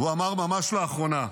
הוא אמר ממש לאחרונה,